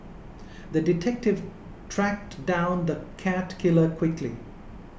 the detective tracked down the cat killer quickly